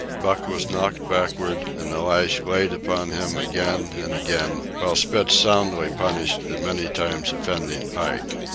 buck was knocked backward and the lash laid upon him again and again, while spitz soundly punished the many times offending pike.